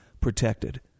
protected